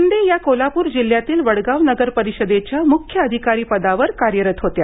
शिंदे या कोल्हापूर जिल्ह्यातील वडगाव नगरपरिषदेच्या मुख्य अधिकारी पदावर कार्यरत होत्या